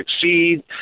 succeed